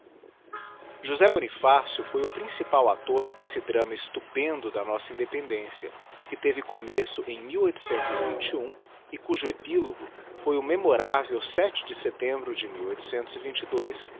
josé bonifácio foi o principal actor desse drama estupendo m nossa independência que teve começo em e cujo epilogo foi o memorável s de setembro de e